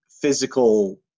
physical